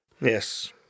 Yes